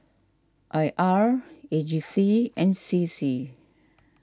I R A G C and C C